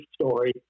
story